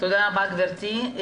תודה רבה, גברתי.